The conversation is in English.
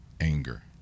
anger